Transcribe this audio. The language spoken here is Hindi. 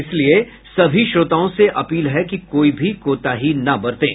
इसलिए सभी श्रोताओं से अपील है कि कोई भी कोताही न बरतें